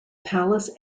palace